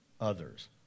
others